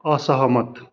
असहमत